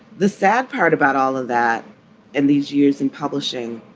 the sad part about all of that and these years in publishing